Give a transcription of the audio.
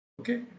Okay